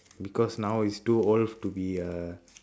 because now he's too old to be a